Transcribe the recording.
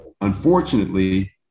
Unfortunately